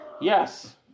Yes